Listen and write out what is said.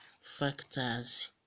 factors